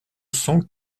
cent